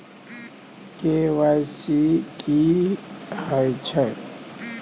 KYC की हय छै?